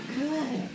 good